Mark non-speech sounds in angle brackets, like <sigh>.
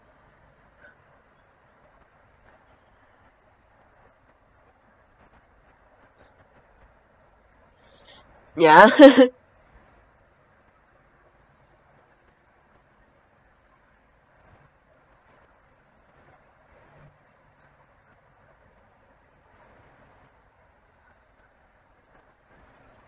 ya <laughs>